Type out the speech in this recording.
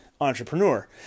entrepreneur